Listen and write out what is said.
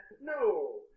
No